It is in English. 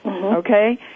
Okay